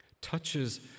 touches